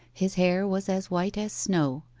his hair was as white as snow,